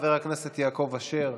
חבר הכנסת יעקב אשר,